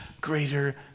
greater